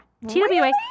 TWA